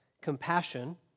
compassion